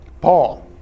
Paul